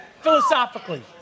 philosophically